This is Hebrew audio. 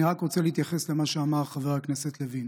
אני רק רוצה להתייחס למה שאמר חבר הכנסת לוין.